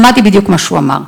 שמעתי בדיוק מה שהוא אמר.